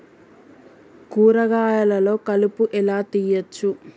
కూరగాయలలో కలుపు ఎలా తీయచ్చు?